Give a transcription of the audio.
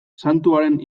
santuaren